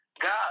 God